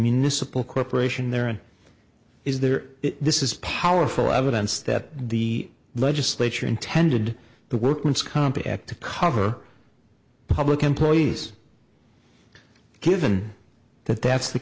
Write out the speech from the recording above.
municipal corporation there or is there this is powerful evidence that the legislature intended the workmen's comp act to cover public employees given that that's the